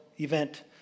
event